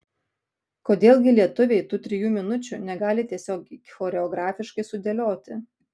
kodėl gi lietuviai tų trijų minučių negali tiesiog choreografiškai sudėlioti